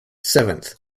seventh